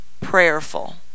prayerful